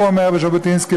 אומר ז'בוטינסקי,